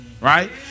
right